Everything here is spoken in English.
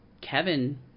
Kevin